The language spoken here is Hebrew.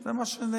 זה מה שנאמר